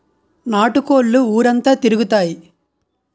నాటు కోళ్లు ఊరంతా తిరుగుతాయి